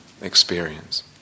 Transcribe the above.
experience